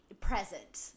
Present